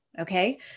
okay